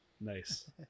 Nice